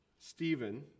Stephen